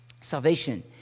Salvation